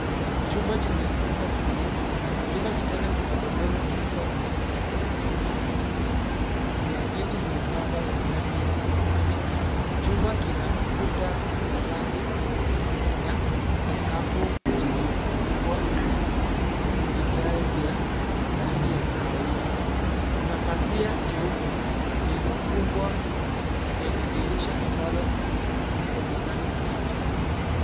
Chumba chenye vitanda viwili. Kila kitanda kina godoro, shuka nyeupe na blanketi nyembamba ya rangi ya samawati. Chumba kina kuta za rangi na sakafu iliyofunikwa na vigae vya rangi ya kahawia. Kuna pazia jeupe lililofungwa kwenye dirisha ambalo halionekani vizuri.